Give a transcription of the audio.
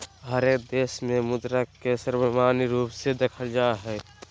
हरेक देश में मुद्रा के सर्वमान्य रूप से देखल जा हइ